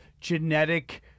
Genetic